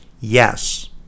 yes